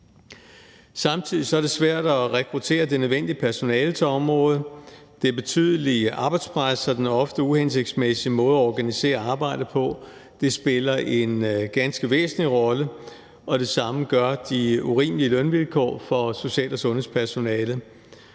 Samtidig er det svært at rekruttere det nødvendige personale til området. Det betydelige arbejdspres og den ofte uhensigtsmæssige måde at organisere arbejdet på spiller en ganske væsentlig rolle, og det samme gør de urimelige lønvilkår for social- og sundhedspersonalet.